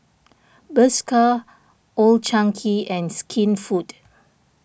Bershka Old Chang Kee and Skinfood